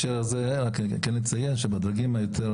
כל האנשים שנמצאים היום ברשימה הם בעלי